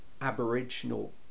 aboriginal